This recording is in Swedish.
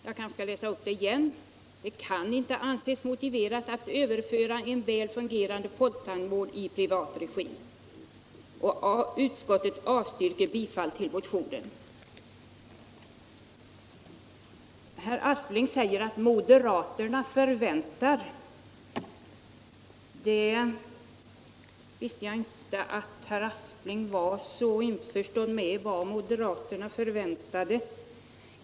Jag kanske skall läsa upp det igen: ”Enligt utskottets mening kan det inte anses motiverat att överföra en väl fungerande folktandvård i privat regi, och utskottet avstyrker därför bifall till motionen 1209.” Herr Aspling säger att moderaterna förväntar att regeringsdeklarationens utfistelser skall infrias. Jag visste inte att herr Aspling var så införstådd med vad moderaterna förväntade.